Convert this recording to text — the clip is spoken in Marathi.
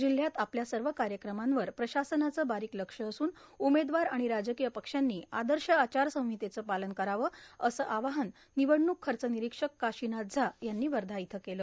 जिल्ह्यात आपल्या सव कायक्रमांवर प्रशासनाचं बारोक लक्ष असून उमेदवार आर्गण राजकोय पक्षांनी आदश आचारसीहतेचं पालन करावं असं आवाहन निवडणूक खर्च निरोक्षिक काशीनाथ झा यांनी वधा इथं केलं